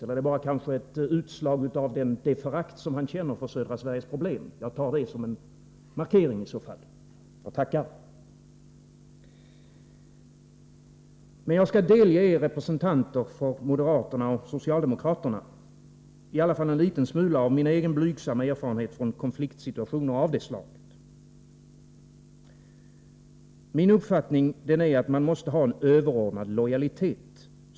Eller är det kanske bara ett utslag av det förakt som han känner för södra Sveriges problem? Jag tar det i så fall som en markering och tackar. Jag skall delge er representanter för moderaterna och socialdemokraterna en liten smula av min egen blygsamma erfarenhet från konfliktsituationer av det slag som ni nu upplever. Min uppfattning är att man som politiker måste ha en överordnad lojalitet.